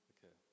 Okay